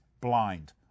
blind